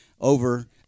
over